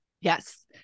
yes